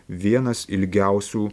vienas ilgiausių